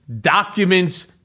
documents